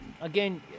Again